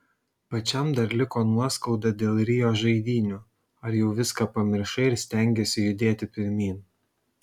pačiam dar liko nuoskauda dėl rio žaidynių ar jau viską pamiršai ir stengiesi judėti pirmyn